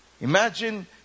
Imagine